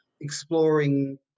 exploring